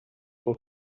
por